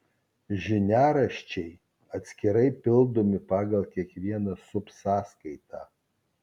žiniaraščiai atskirai pildomi pagal kiekvieną subsąskaitą